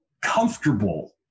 comfortable